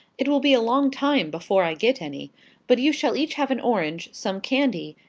it will be a long time before i get any but you shall each have an orange, some candy,